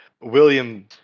William